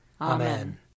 Amen